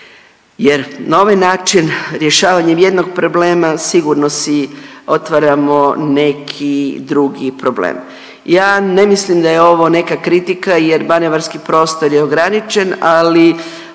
jer na ovaj način rješavanjem jednog problema sigurno si otvaramo neki drugi problem. Ja ne mislim da je ovo neka kritika jer manevarski prostor je ograničen, ali